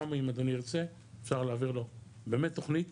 גם אם אדוני ירצה, אפשר להעביר לו באמת תכנית